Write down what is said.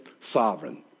sovereign